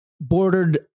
bordered